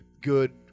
good